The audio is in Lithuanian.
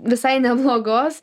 visai neblogos